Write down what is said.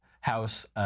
House